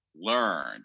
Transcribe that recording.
learned